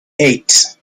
eight